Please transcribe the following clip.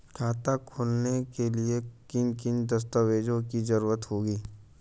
खाता खोलने के लिए किन किन दस्तावेजों की जरूरत होगी?